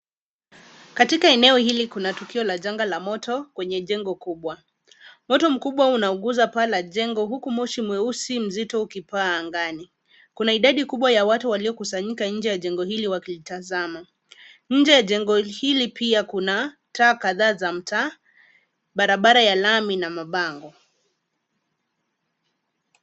Katika eneo hili kuna tukio la janga la moto kwenye jengo kubwa. Moto mkubwa unauguza paa la jengo huku moshi mweusi mzito ukipaa angani. Kuna idadi kubwa waliokusanyika nje ya jengo hili wakilitazama. Nje ya jengo hili pia kuna taa kadhaa za mtaa, barabara ya lami na mabango.